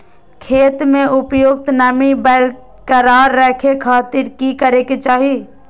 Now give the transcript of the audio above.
खेत में उपयुक्त नमी बरकरार रखे खातिर की करे के चाही?